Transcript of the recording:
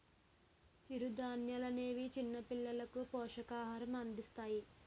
చిరుధాన్యాలనేవి చిన్నపిల్లలకు పోషకాహారం అందిస్తాయి